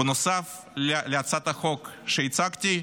נוסף על הצעת החוק שהצגתי,